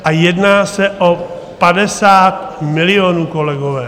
A jedná se o 50 milionů, kolegové.